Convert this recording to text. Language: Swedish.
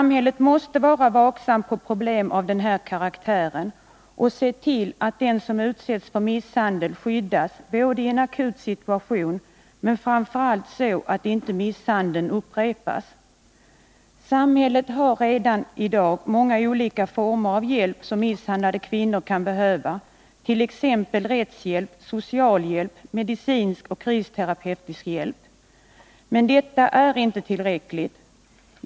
Samhället måste vara vaksamt på problem av den här karaktären och se till både att den som utsätts för misshandel skyddas i en akut situation och framför allt att inte misshandeln upprepas. Samhället har redan i dag många olika former av hjälp som misshandlade kvinnor kan behöva, t.ex. rättshjälp, socialhjälp, medicinsk och kristerapeutisk hjälp. Men detta är inte tillräckligt.